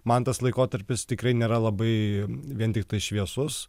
man tas laikotarpis tikrai nėra labai vien tiktai šviesus